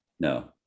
No